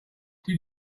did